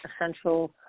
essential